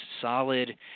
solid